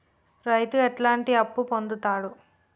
రైతు ఎట్లాంటి అప్పు పొందుతడు?